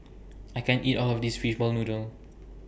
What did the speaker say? I can't eat All of This Fishball Noodle